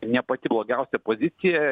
ne pati blogiausia pozicija